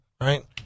right